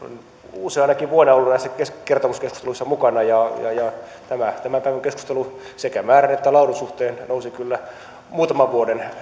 useanakin vuonna olen ollut näissä kertomuskeskusteluissa mukana ja ja tämä tämän päivän keskustelu sekä määrän että laadun suhteen nousi kyllä muutaman vuoden